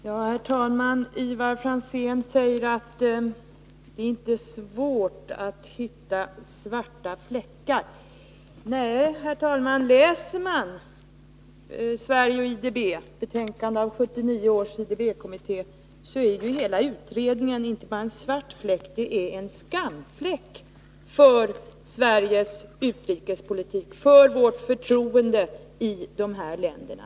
Herr talman! Ivar Franzén säger att det inte är svårt att hitta svarta fläckar. Nej, herr talman, läser man Sverige och IDB, betänkande av 1979 års IDB-kommitté, så finner man ju att hela utredningen innebär inte bara en svart fläck utan en skamfläck för Sveriges utrikespolitik, för vårt förtroende i dessa länder.